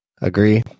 agree